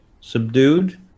subdued